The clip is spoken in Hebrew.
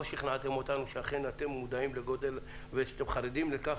לא שכנעתם אותנו שאכן אתם מודעים לגודל ושאתם חרדים לכך.